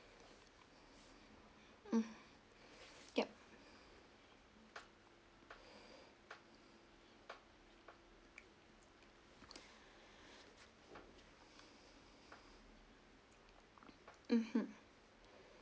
mm yup mmhmm